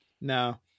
No